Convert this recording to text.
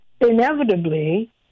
inevitably